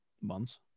months